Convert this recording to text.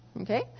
Okay